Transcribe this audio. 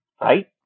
right